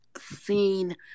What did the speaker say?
seen